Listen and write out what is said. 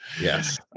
Yes